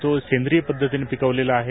तो सेंद्रिय पद्धतीने पिकवलेला आहे